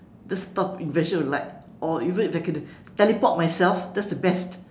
just stop invention of like or even if I can teleport myself that's the best